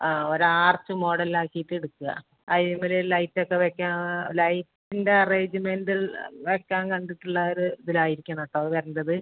ആ ഒരു ആർച്ച് മോഡലിൽ ആക്കിയിട്ട് എടുക്കാം അതിമ്മൽ ലൈറ്റ് ഒക്കെ വയ്ക്കാം ലൈറ്റിൻ്റെ അറേഞ്ച്മെൻറ് വയ്ക്കാൻ കണ്ടിട്ടുള്ളൊരു ഇതിലായിരിക്കണം കേട്ടോ വരേണ്ടത്